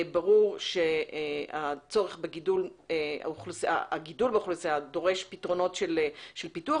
ברור שהגידול באוכלוסייה דורש פתרונות של פיתוח,